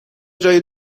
جای